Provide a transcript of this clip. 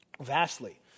vastly